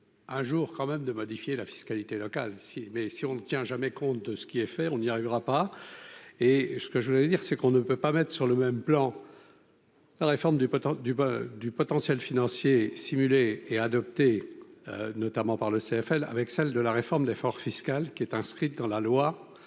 un jour, quand même, de modifier la fiscalité locale si, mais si on ne tient jamais compte de ce qui est fait, on y arrivera pas, et ce que je voulais dire c'est qu'on ne peut pas mettre sur le même plan la réforme du du du potentiel financier simuler et adoptée notamment par le CFL avec celle de la réforme de l'effort fiscal qui est inscrite dans la loi